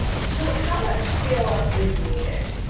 so how much scale-up is needed?